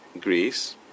Greece